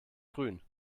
grün